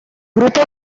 grupo